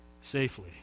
safely